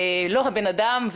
לא הבן אדם.